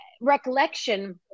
recollection